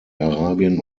arabien